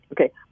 Okay